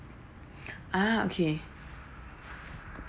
ah okay